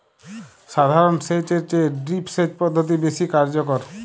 সাধারণ সেচ এর চেয়ে ড্রিপ সেচ পদ্ধতি বেশি কার্যকর